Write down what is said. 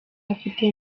afite